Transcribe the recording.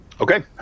Okay